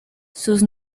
sus